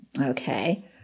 Okay